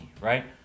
right